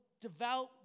devout